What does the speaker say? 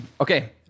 Okay